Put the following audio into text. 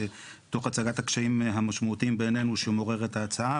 תוך הצגת הקשיים המשמעותיים בעינינו שמעוררת ההצעה.